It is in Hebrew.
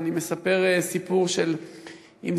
אז אני מספר סיפור של אבא אבן,